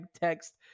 text